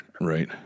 Right